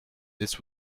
this